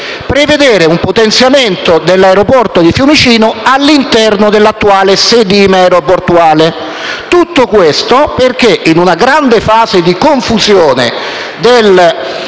prevedere un potenziamento dell'aeroporto di Fiumicino all'interno dell'attuale sedime aeroportuale. Si chiese tutto questo perché, in una grande fase di confusione della